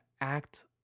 act